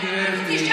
תמתיני, גברתי.